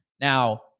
Now